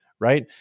right